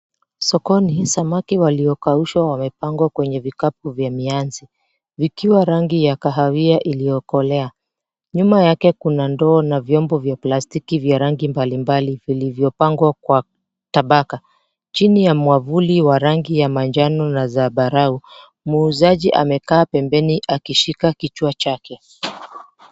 Sokoni, samaki waliokaushwa wamepangwa kwenye vikapu vya mianzi, vikiwa rangi ya kahawia iliokolea. Nyuma yake kuna ndoo na vyombo vya plastiki vya rangi mbalimbali vilivyopangwa kwa tabaka. Chini ya mwavuli wa rangi ya manjano na zambarau, muuzaji amekaa pembeni akishika kichwa chake.